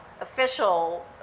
official